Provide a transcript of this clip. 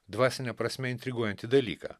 dvasine prasme intriguojantį dalyką